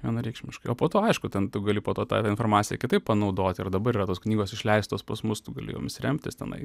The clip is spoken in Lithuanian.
vienareikšmiškai po to aišku ten tu gali po to tą informaciją kitaip panaudoti ir dabar yra tos knygos išleistos pas mus tu gali jomis remtis tenai